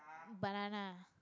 banana